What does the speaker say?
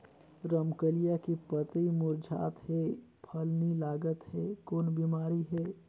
रमकलिया के पतई मुरझात हे फल नी लागत हे कौन बिमारी हे?